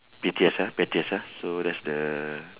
pettiest ah pettiest ah so that's the